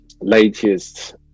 latest